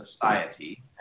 society